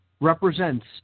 represents